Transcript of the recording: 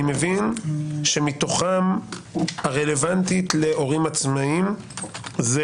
אני מבין שמתוכן הרלוונטית להורים עצמאיים זה